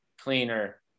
cleaner